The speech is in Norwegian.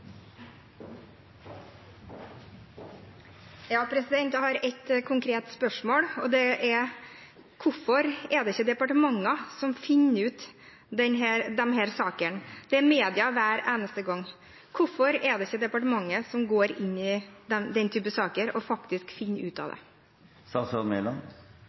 Hvorfor er det ikke departementene som finner ut av disse sakene? Det er mediene hver eneste gang. Hvorfor er det ikke departementet som går inn i denne typen saker og faktisk finner det ut?